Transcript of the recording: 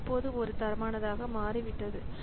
இது இப்போது ஒரு தரமானதாக மாறிவிட்டது